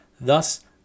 thus